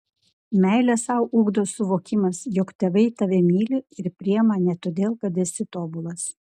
meilę sau ugdo suvokimas jog tėvai tave myli ir priima ne todėl kad esi tobulas